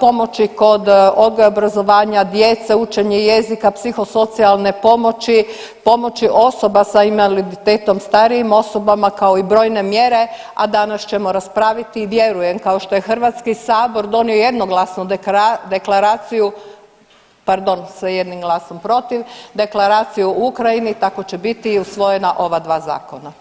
pomoći kod odgoja i obrazovanja djece, učenje jezika, psihosocijalne pomoći, pomoći osoba sa invaliditetom, starijim osobama, kao i brojne mjere, a danas ćemo raspraviti i vjerujem kao što je HS donio jednoglasno deklaraciju, pardon sa jednim glasom protiv, Deklaraciju o Ukrajinu, tako će biti i usvojena ova dva zakona.